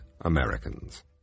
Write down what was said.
americans